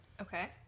okay